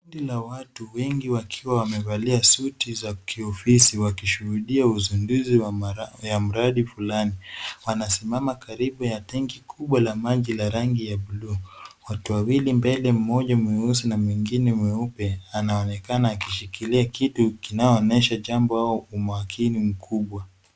Kundi la watu wengi wakiwa wamevalia suti za kiofisi wakishuhudia uzunduzi wa ya mradi fulani. Wanasimama karibu na tenki kubwa la maji la rangi ya buluu. Watu wawili mmoja mweusi na wengine mweupe anaonekana akishikilia kitu kinayoonyesha kuwa imejengwa kwa umakini mkubwa.